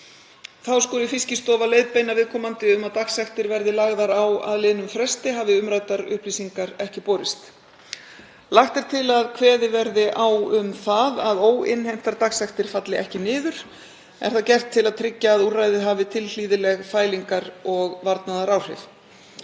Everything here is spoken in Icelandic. Þá skuli Fiskistofa leiðbeina viðkomandi um að dagsektir verði lagðar á að liðnum fresti hafi umræddar upplýsingar ekki borist. Lagt er til að kveðið verði á um það að óinnheimtar dagsektir falli ekki niður. Er það gert til að tryggja að úrræðið hafi tilhlýðileg fælingar- og varnaðaráhrif.